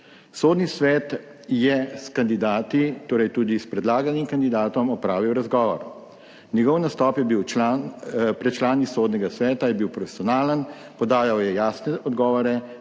Sodni svet je s kandidati, torej tudi s predlaganim kandidatom, opravil razgovor. Njegov nastop pred člani Sodnega sveta je bil profesionalen, podajal je jasne odgovore